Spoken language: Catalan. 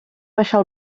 baixar